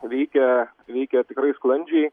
veikia veikia tikrai sklandžiai